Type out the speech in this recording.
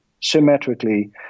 symmetrically